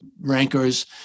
rankers